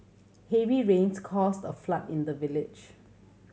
heavy rains caused a flood in the village